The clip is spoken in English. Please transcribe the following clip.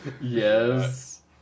Yes